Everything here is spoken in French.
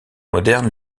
moderne